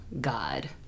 God